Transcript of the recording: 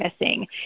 missing